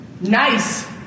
Nice